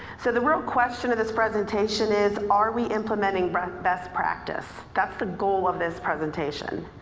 so the real question of this presentation is, are we implementing but best practice? that's the goal of this presentation.